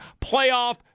playoff